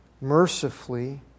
mercifully